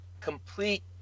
complete